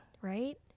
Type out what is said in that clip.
Right